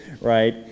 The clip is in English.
right